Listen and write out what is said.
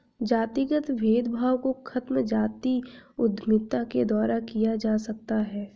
जातिगत भेदभाव को खत्म जातीय उद्यमिता के द्वारा किया जा सकता है